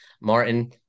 Martin